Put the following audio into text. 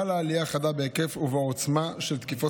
חלה עלייה חדה בהיקף ובעוצמה של תקיפות